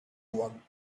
one